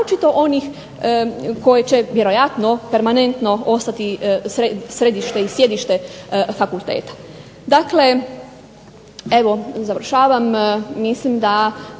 naročito onih koje će vjerojatno permanentno ostati središte i sjedište fakulteta. Dakle, evo završavam mislim da